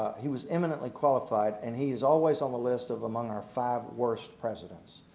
he was eminently qualified and he is always on the list of among our five worst presidents.